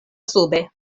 sube